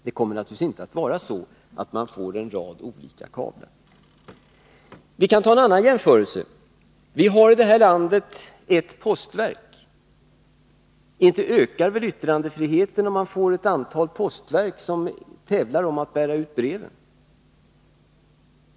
Det kommer naturligtvis inte att bli en mängd olika kablar. Man kan göra en annan jämförelse. Vi har i det här landet ett postverk. Inte ökar väl yttrandefriheten, om det finns ett antal postverk som tävlar om att bära ut breven.